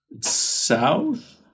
South